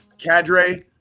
cadre